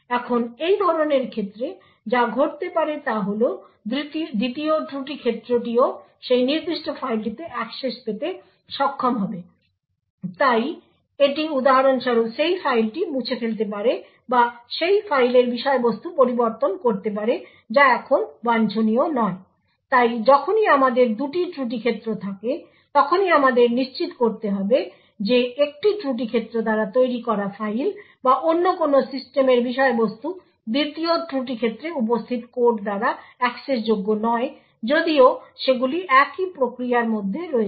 এখন এই ধরনের ক্ষেত্রে যা ঘটতে পারে তা হল দ্বিতীয় ত্রুটি ক্ষেত্রটিও সেই নির্দিষ্ট ফাইলটিতে অ্যাক্সেস পেতে সক্ষম হবে তাই এটি উদাহরণ স্বরূপ সেই ফাইলটি মুছে ফেলতে পারে বা সেই ফাইলের বিষয়বস্তু পরিবর্তন করতে পারে যা এখন বাঞ্ছনীয় নয় তাই যখনই আমাদের দুটি ত্রুটি ক্ষেত্র থাকে তখনই আমাদের নিশ্চিত করতে হবে যে একটি ত্রুটি ক্ষেত্র দ্বারা তৈরি করা ফাইল বা অন্য কোনো সিস্টেমের বিষয়বস্তু দ্বিতীয় ত্রুটি ক্ষেত্রে উপস্থিত কোড দ্বারা অ্যাক্সেসযোগ্য নয় যদিও সেগুলি একই প্রক্রিয়ার মধ্যে রয়েছে